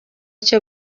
cyo